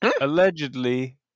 allegedly